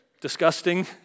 disgusting